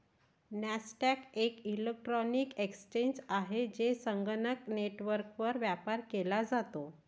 Nasdaq एक electronic exchange आहे, जेथे संगणक नेटवर्कवर व्यापार केला जातो